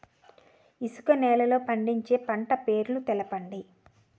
ఇసుక నేలల్లో పండించే పంట పేర్లు తెలపండి?